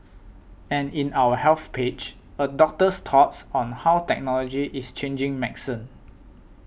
and in our Health page a doctor's thoughts on how technology is changing medicine